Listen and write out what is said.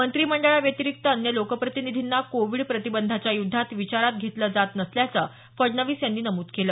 मंत्रिमंडळाव्यतिरिक्त अन्य लोकप्रतिनिधींना कोविड प्रतिबंधाच्या युद्धात विचारात घेतलं जात नसल्याचं फडणवीस यांनी नमूद केलं